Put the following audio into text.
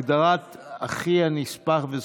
(סימון תוצרת חקלאית שאינה ארוזה מראש),